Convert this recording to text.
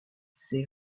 c’est